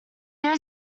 there